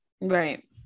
Right